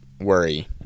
worry